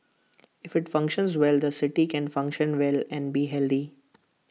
if IT functions well the city can function well and be